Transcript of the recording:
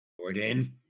Jordan